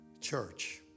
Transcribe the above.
church